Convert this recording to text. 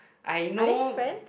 I know